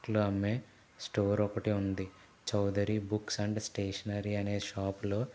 బుక్లు అమ్మే స్టోర్ ఒకటి ఉంది చౌదరీ బుక్స్ అండ్ స్టేషనరీ అనే షాపులో